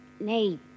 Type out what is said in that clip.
nay